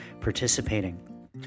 participating